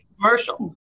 Commercial